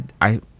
I-